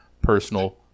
personal